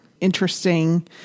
interesting